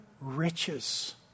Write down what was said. riches